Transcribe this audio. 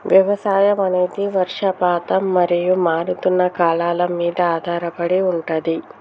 వ్యవసాయం అనేది వర్షపాతం మరియు మారుతున్న కాలాల మీద ఆధారపడి ఉంటది